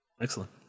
excellent